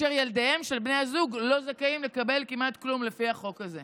וילדיהם של בני הזוג לא זכאים לקבל כמעט כלום לפי החוק הזה.